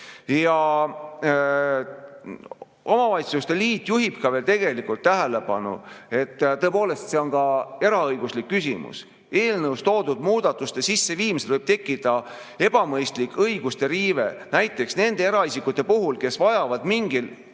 Omavalitsuste liit juhib veel tähelepanu sellele, et tõepoolest on see ka eraõiguslik küsimus. Eelnõus toodud muudatuste sisseviimise korral võib tekkida ebamõistlik õiguste riive, näiteks nende eraisikute puhul, kes vajavad mingil